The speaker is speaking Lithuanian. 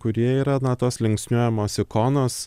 kurie yra na tos linksniuojamos ikonos